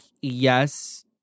yes